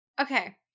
Okay